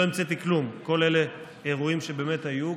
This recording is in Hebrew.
לא המצאתי כלום, כל אלה אירועים שבאמת היו.